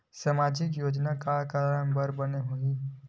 सामाजिक योजना का कारण बर बने हवे?